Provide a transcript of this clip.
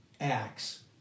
acts